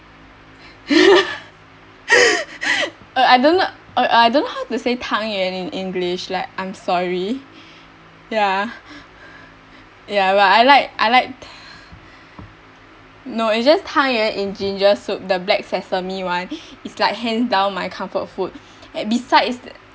uh I don't know uh I don't know how to say tang yuan in english like I'm sorry ya ya but I like I like no it's just tang yuan in ginger soup the black sesame one it's like hands down my comfort food and besides